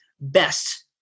best